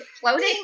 floating